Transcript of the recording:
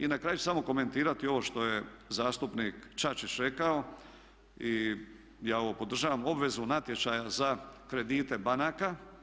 I na kraju samo ću komentirati ovo što je zastupnik Čačić rekao i ja ovo podržavam obvezu natječaja za kredite banaka.